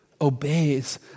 obeys